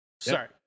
Sorry